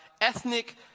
ethnic